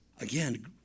again